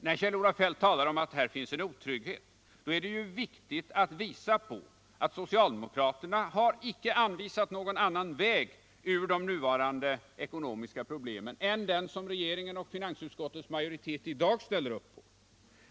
När Kjell-Olof Feldt talar om att här finns en otrygghet, då är det ju viktigt att påvisa alt socialdemokraterna icke har anvisat någon annan väg ur de nuvarande ekonomiska problemen än den som regeringen och finansutskottets majoritet i dag ställer upp på.